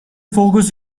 focus